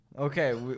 Okay